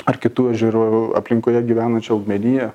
ar kitų ežerų ar aplinkoje gyvenančių augmeniją